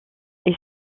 est